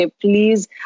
Please